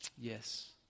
Yes